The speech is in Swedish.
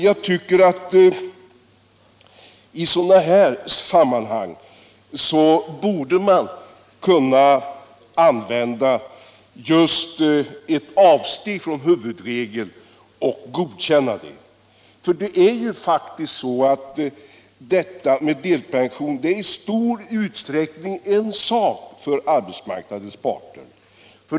Jag tycker att man i sådana här sammanhang borde kunna godkänna ett avsteg från huvudregeln. Det är ju faktiskt så att detta med delpension i stor utsträckning är en sak för arbetsmarknadens parter.